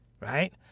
right